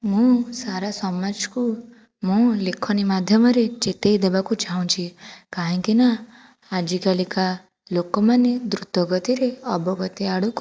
ମୁଁ ସାରା ସମାଜକୁ ମୁଁ ଲେଖନୀ ମାଧ୍ୟମରେ ଚେତାଇ ଦେବାକୁ ଚାହୁଁଛି କାହିଁକି ନା ଆଜିକାଲିକା ଲୋକମାନେ ଦ୍ରୁତଗତିରେ ଅବଗତି ଆଡ଼କୁ